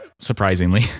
surprisingly